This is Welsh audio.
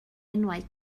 enwau